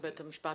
לבית המשפט